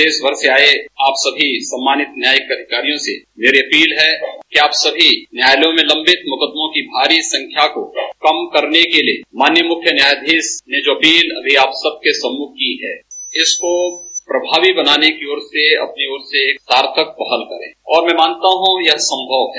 प्रदेश भर से आये आप सभी सम्मानित न्यायिक अधिकारियों से मेरी अपील है कि आप सभी न्यायालयों में लम्बित मुकदमों की भारी संख्या को कम करने के लिए माननीय मुख्य न्यायाधीश जी ने जो अपील आपके सम्मुख की है इसको प्रभावी बनाने की ओर से अपनी ओर स एक सार्थक पहल करे और मैं मानता हूं ये सम्भव है